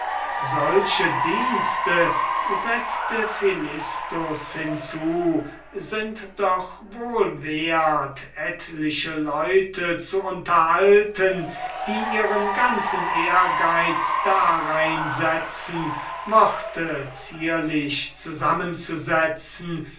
solche dienste sind deucht mich wohl wert etliche leute zu unterhalten die ihren ganzen ehrgeiz darin setzen worte zierlich zusammenzusetzen